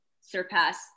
surpass